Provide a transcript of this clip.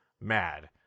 mad